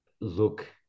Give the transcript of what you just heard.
look